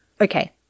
Okay